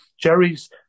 Jerry's